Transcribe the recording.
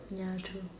ya true